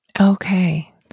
Okay